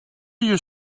you